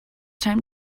time